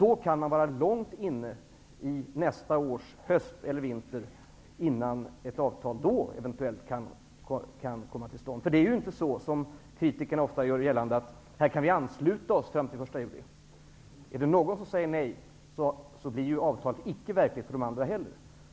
Då kan det ha gått långt in på nästa års höst eller vinter innan ett avtal eventuellt kan komma till stånd. Det är inte så, som kritikerna ofta gör gällande, att vi kan ansluta oss fram till den 1 juli. Är det någon som säger nej, blir avtalet icke verklighet för de andra heller.